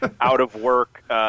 out-of-work